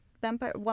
vampire